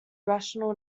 rational